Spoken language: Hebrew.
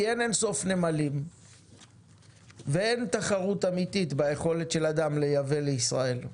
כי אין אינסוף נמלים ואין תחרות אמיתית ביכולת של אדם לייבא לישראל.